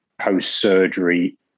post-surgery